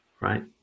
right